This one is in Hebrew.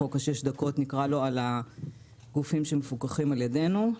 חוק שש הדקות על הגופים שמפוקחים על ידינו.